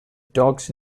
dogs